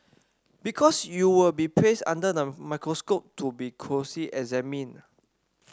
because you will be placed under the microscope to be closely examined